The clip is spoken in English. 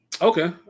Okay